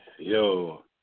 Yo